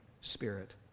spirit